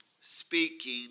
speaking